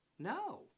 No